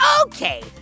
Okay